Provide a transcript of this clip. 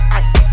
ice